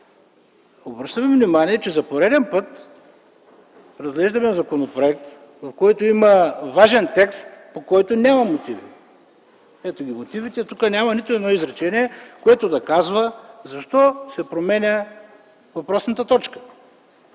Обръщам ви внимание, че за пореден път разглеждаме законопроект, в който има важен текст, по който няма мотиви. В мотивите тук няма нито едно изречение, което да казва защо се променя въпросната точка.